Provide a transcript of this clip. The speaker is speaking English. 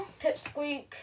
pipsqueak